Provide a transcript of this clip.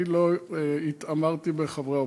אני לא התעמרתי בחברי האופוזיציה.